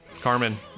Carmen